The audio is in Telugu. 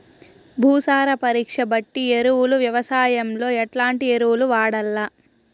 భూసార పరీక్ష బట్టి ఎరువులు వ్యవసాయంలో ఎట్లాంటి ఎరువులు వాడల్ల?